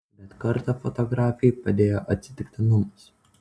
bet kartą fotografei padėjo atsitiktinumas